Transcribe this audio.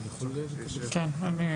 כן.